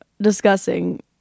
discussing